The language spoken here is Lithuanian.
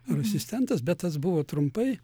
ar asistentas bet tas buvo trumpai